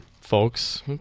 folks